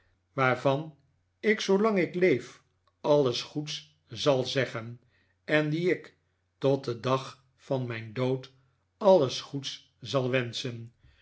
waarvan ik zoolang ik leef alles goeds zal zeggen en dien ik tot den dag van mijn dood alles goeds zal wenschen